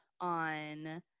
on